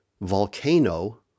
Volcano